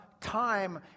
time